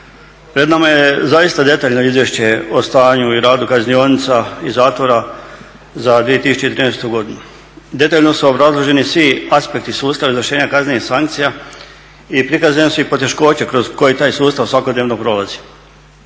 Pred nama je zaista detaljno izvješće o stanju i radu kaznionica i zatvora za 2013. godinu. Detaljno su obrazloženi svi aspekti sustava izvršenja kaznenih sankcija i prikazane su i poteškoće kroz koje taj sustav svakodnevno prolazi.